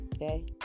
Okay